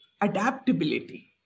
adaptability